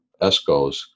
ESCOs